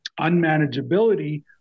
unmanageability